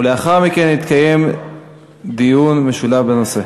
ולאחר מכן יתקיים דיון משולב בנושא.